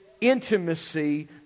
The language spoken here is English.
intimacy